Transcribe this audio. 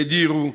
האדירו,